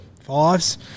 fives